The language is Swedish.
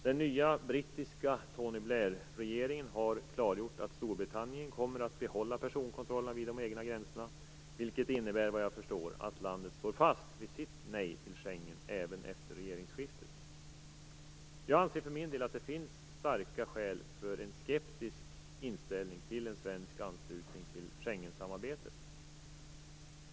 Den nya brittiska Tony Blair-regeringen har klargjort att Storbritannien kommer att behålla personkontrollerna vid de egna gränserna, vilket såvitt jag förstår innebär att landet står fast vid sitt nej till Schengen även efter regeringsskiftet. Jag anser för min del att det finns starka skäl för en skeptisk inställning till en svensk anslutning till Schengensamarbetet.